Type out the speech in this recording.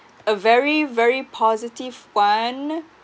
a very very positive one